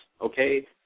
okay